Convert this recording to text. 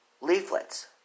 leaflets